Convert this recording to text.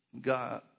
God